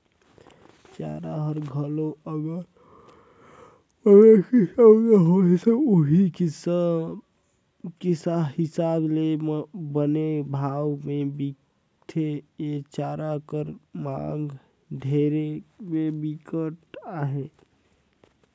चारा हर घलोक अलगे अलगे किसम कर होथे उहीं हिसाब ले बने भाव में बिकथे, ए चारा कर मांग डेयरी में बिकट अहे